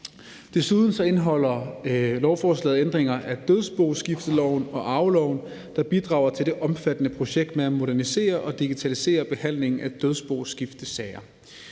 Desuden indeholder lovforslaget ændringer af dødsboskifteloven og arveloven, der bidrager til det omfattende projekt med at modernisere og digitalisere behandlingen af dødsboskiftesager.